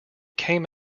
came